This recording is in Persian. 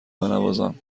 بنوازم